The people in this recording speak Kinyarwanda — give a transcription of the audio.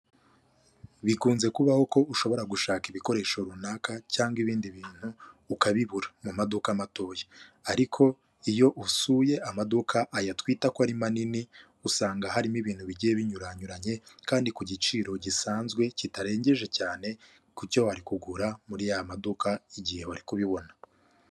Bikunze kubaho ko ushobora gushaka ibikoresho runaka cyangwa ibindi bintu ukabibura mu maduka matoya ariko iyo usuye amaduka ayatwita ko ari manini usanga harimo ibintu bigiye binyuranyuranye kandi ku giciro gisanzwe kitarengeje cyane kucyo wari kugura muri ya maduka igihe wari kubibona.